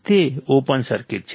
તે open circuit છે